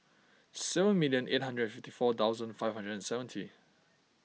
seven million eight hundred fifty four thousand five hundred and seventy